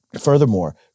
Furthermore